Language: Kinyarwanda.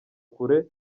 kure